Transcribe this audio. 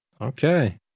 Okay